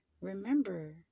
remember